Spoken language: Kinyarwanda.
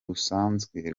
rusanzwe